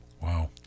wow